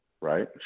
right